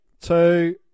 Two